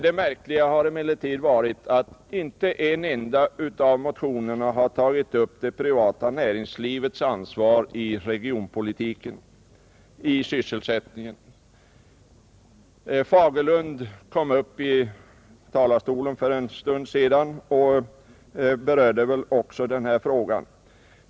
Det märkliga är emellertid att inte en enda av motionerna har tagit upp det privata näringslivets ansvar för sysselsättningen. Herr Fagerlund kom upp i talarstolen före pausen och gick också in på den här frågan.